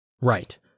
Right